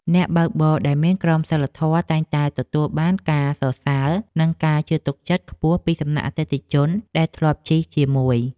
អ្នកបើកបរដែលមានក្រមសីលធម៌តែងតែទទួលបានការសរសើរនិងការជឿទុកចិត្តខ្ពស់ពីសំណាក់អតិថិជនដែលធ្លាប់ជិះជាមួយ។